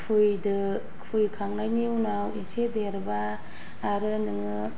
खुहैदो खुहैखांनायनि उनाव एसे देरबा आरो नोङो